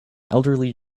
elderly